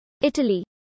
Italy